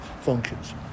functions